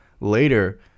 later